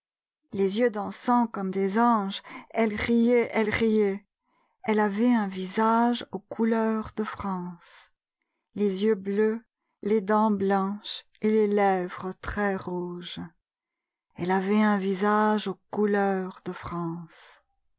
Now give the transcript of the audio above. les yeux dansants comme des anges elle riait elle riait elle avait un visage aux couleurs de france les yeux bleus les dents blanches et les lèvres très rouges elle avait un visage aux couleurs de france